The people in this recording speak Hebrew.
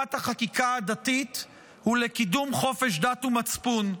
להדיפת החקיקה הדתית ולקידום חופש דת ומצפון.